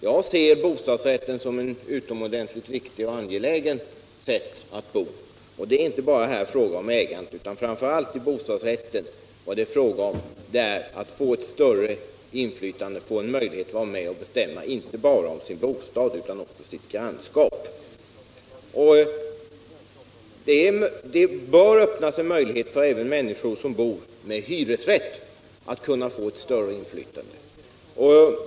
Jag ser bostadsrätten som utomordentligt viktig och angelägen när det gäller boendet. Det är inte bara fråga om ägandet utan det gäller framför allt att få större möjlighet att vara med och bestämma inte bara om sin bostad utan även om sitt grannskap. Det bör öppnas möjligheter även för människor som bor med hyresrätt att få större inflytande.